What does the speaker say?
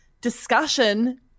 discussion